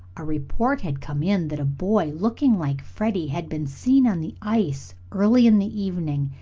a report had come in that a boy looking like freddie had been seen on the ice early in the evening,